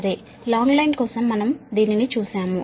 సరే long line case కోసం మనం దీనిని చూశాము